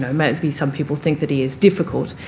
know, maybe some people think that he is difficult.